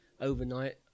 overnight